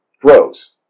grows